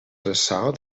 ressò